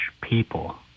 people